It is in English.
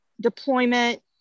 deployment